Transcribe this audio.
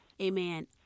amen